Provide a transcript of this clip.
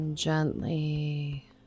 gently